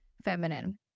feminine